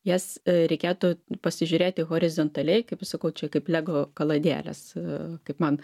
jas reikėtų pasižiūrėti horizontaliai kaip sakau čia kaip lego kaladėlės kaip man